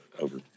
over